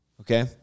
Okay